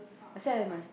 that's why I must